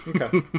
Okay